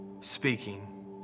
speaking